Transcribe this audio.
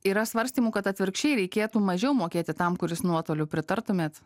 yra svarstymų kad atvirkščiai reikėtų mažiau mokėti tam kuris nuotoliu pritartumėt